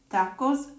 Tacos